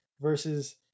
versus